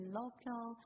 local